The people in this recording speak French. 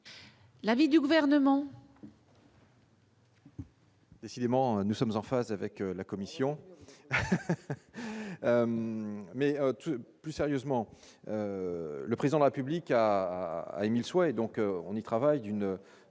l'avis du gouvernement.